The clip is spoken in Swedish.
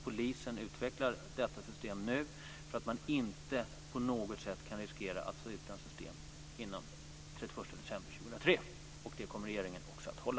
Polisen utvecklar också detta system nu, därför att man kan inte på något sätt riskera att stå utan ett kommunikationssystem den 31 december 2003. Det kommer regeringen också att hålla.